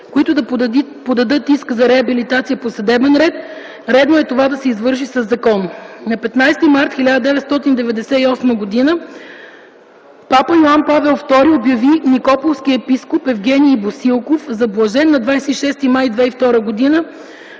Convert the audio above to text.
които да подадат иск за реабилитация по съдебен ред, редно е това да се извърши със закон. На 15 март 1998 г. папа Йоан Павел ІІ обяви Никополския епископ Евгений Босилков за блажен. На 26 май 2002 г.